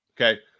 okay